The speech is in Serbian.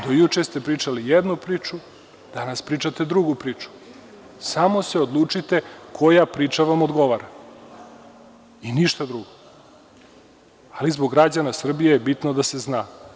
Do juče ste pričali jednu priču, danas pričate drugu priču, samo se odlučite koja priča vam odgovara i ništa drugo, ali zbog građana Srbije je bitno da se zna.